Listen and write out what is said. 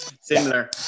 similar